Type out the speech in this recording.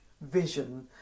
vision